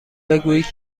بگویید